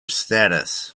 status